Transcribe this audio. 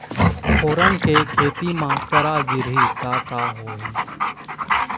फोरन के खेती म करा गिरही त का होही?